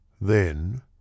Then